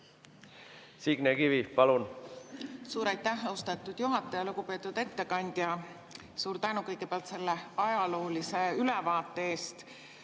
Signe Kivi, palun!